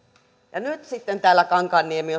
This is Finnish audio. ja nyt sitten täällä kankaanniemi